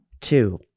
two